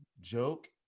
joke